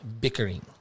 bickering